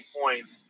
points